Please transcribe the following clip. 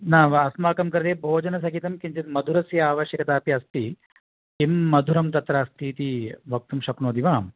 न वा अस्माकं कृते भोजनसहितं किञ्चित् मधुरस्य आवश्यकता अपि अस्ति किं मधुरं तत्र अस्तीति वक्तुं शक्नोति वा